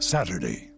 Saturday